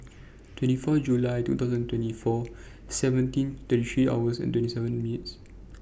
twenty four July two thousand twenty four seventeen thirty three hours and twenty seven meets